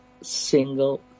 single